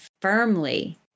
firmly